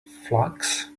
flax